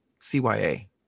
CYA